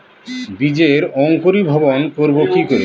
বীজের অঙ্কুরিভবন করব কি করে?